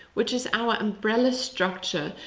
which is our umbrella structure,